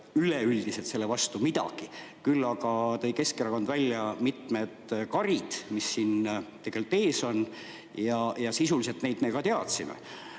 üleüldiselt selle vastu midagi. Küll aga tõi Keskerakond välja mitmed karid, mis siin tegelikult ees on, ja sisuliselt neid me ka teadsime.